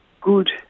good